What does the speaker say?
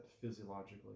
physiologically